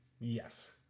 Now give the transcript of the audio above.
Yes